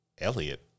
Elliot